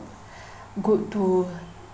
good to